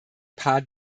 paar